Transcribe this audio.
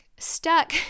stuck